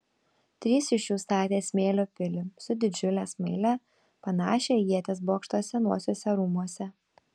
trys iš jų statė smėlio pilį su didžiule smaile panašią į ieties bokštą senuosiuose rūmuose